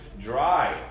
dry